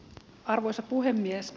arvoisa puhemies